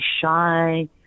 shy